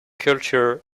culture